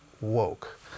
woke